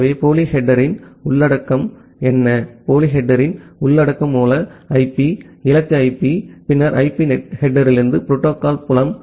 எனவே போலி ஹெட்டெர்ன் உள்ளடக்கம் என்ன போலி ஹெட்டெர்ன் உள்ளடக்கம் மூல ஐபி இலக்கு ஐபி பின்னர் ஐபி ஹெட்டெர்லிருந்து புரோட்டோகால் புலம்